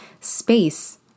space